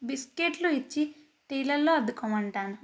బిస్కెట్లు ఇచ్చి టీలలో అద్దుకోమంటాను